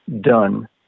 done